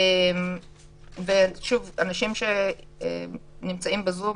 אנשים שנמצאים בזום,